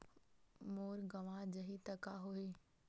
मोर गंवा जाहि का होही?